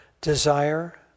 Desire